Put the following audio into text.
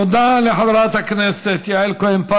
אבל הוא גם שכח, תודה לחברת הכנסת יעל כהן-פארן.